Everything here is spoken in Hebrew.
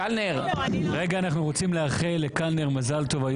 רגע, אנחנו רוצים לאחל לקלנר מזל טוב.